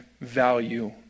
value